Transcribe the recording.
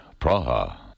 Praha